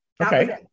Okay